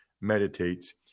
meditates